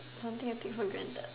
something I take for granted